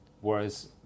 Whereas